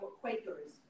Quakers